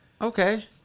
okay